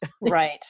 Right